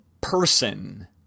person